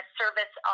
service